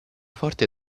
forte